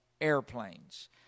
airplanes